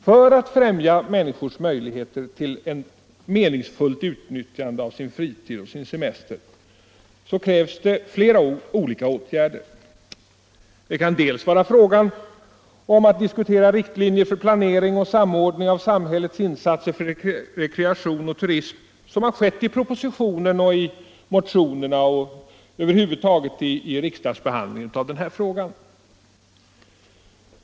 För att främja människors möjligheter till ett meningsfullt utnyttjande av fritid och semester krävs flera olika åtgärder. Det kan dels vara fråga om att diskutera riktlinjer för planering och samordning av samhällets insatser för rekreation och turism, som har skett i propositionen, i motionerna och i den övriga riksdagsbehand lingen av denna fråga.